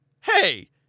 Hey